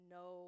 no